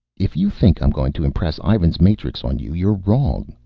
if you think i'm going to impress ivan's matrix on you, you're wrong,